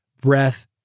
breath